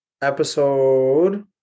Episode